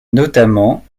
notamment